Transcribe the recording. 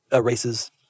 races